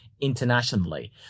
internationally